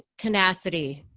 tenacity.